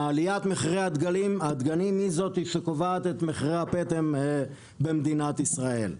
עליית מחירי הדגנים היא זאת שקובעת את מחירי הפטם במדינת ישראל.